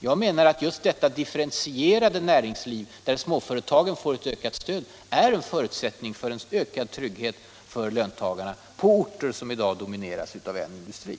Jag menar att just ett differentierat näringsliv där småföretagen får ett ökat stöd är en förutsättning för en ökad trygghet för löntagarna på orter som i dag domineras av en enda industri.